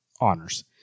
honors